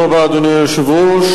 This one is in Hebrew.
אדוני היושב-ראש,